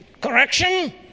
correction